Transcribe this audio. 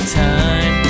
time